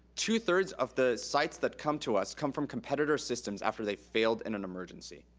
two three of the sites that come to us come from competitor systems after they failed in an emergency.